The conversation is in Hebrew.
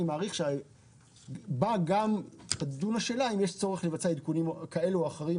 אני מעריך שבה גם תידון השאלה האם יש צורך לבצע עדכונים כאלו ואחרים